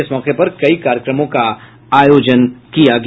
इस मौके पर कई कार्यक्रमों का आयोजन किया गया